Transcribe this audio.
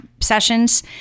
sessions